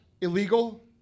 illegal